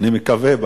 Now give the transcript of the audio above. אני מקווה,